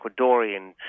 Ecuadorian